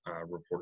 reporter